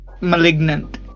malignant